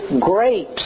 grapes